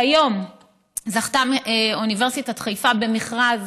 שהיום זכתה אוניברסיטת חיפה במכרז